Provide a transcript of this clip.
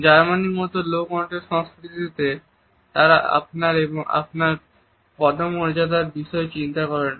জার্মানির মতো low context সংস্কৃতিতে তারা আপনার এবং আপনার পদমর্যাদার বিষয় চিন্তা করে না